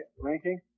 ranking